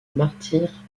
martyre